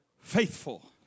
faithful